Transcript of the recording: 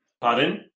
Pardon